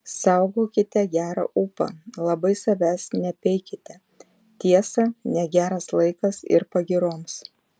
saugokite gerą ūpą labai savęs nepeikite tiesa negeras laikas ir pagyroms